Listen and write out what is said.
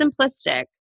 simplistic